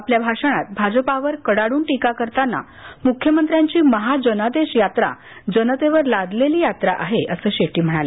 आपल्या भाषणात भाजपावर कडाडून टीका करताना मुख्यमंत्र्यांची महाजनादेश यात्रा जनतेवर लादलेली यात्रा आहे असं शेट्टी म्हणाले